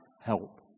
help